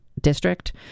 district